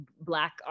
black